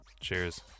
Cheers